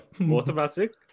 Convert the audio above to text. Automatic